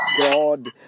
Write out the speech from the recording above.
God